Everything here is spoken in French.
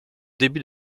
début